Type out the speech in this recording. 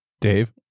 Dave